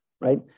right